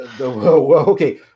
Okay